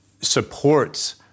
supports